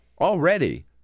already